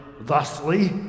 thusly